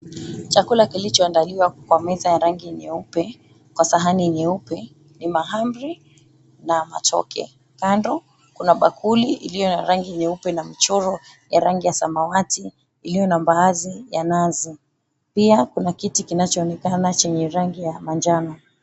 chakula kilicho andaliwa kwa meza ya rangi nyeupe kwa sahani nyeupe ni mahamri na matoke .kando kuna bakuli iliyo na rangi nyeupe na michoro yenye rangi ya samawati iliyo na mbaazi ya nazi, pia kuna kiti kinachoonekana chenye rangi ya manjano.